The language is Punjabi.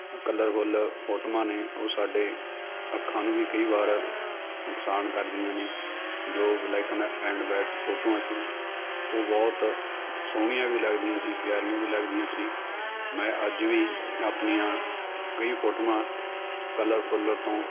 ਕਲਰਫੁੱਲ ਫੋਟੋਆਂ ਨੇ ਉਹ ਸਾਡੇ ਅੱਖਾਂ ਨੂੰ ਵੀ ਕਈ ਵਾਰ ਨੁਕਸਾਨ ਕਰਦੀਆਂ ਨੇ ਜੋ ਬਲੈਕ ਐਂਡ ਵਾਈਟ ਫੋਟੋਆਂ ਸੀ ਉਹ ਬਹੁਤ ਸੋਹਣੀਆਂ ਵੀ ਲੱਗਦੀਆਂ ਸੀ ਪਿਆਰੀਆਂ ਵੀ ਲੱਗਦੀਆਂ ਸੀ ਮੈਂ ਅੱਜ ਵੀ ਆਪਣੀਆਂ ਕਈ ਫੋਟੋਆਂ ਕਲਰਫੁੱਲ ਤੋਂ